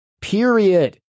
Period